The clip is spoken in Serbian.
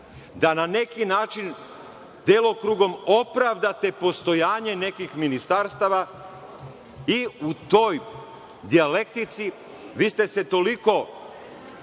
da na neki način delokrugom opravdate postojanje nekih ministarstava i u toj dijalektici vi ste toliko,